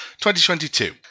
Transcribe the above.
2022